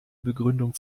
begründung